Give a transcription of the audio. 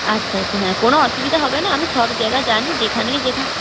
আচ্ছা আচ্ছা হ্যাঁ কোনও অসুবিধা হবে না আমি সব জায়গা জানি যেখানেই যেখানে